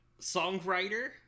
songwriter